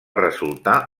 resultar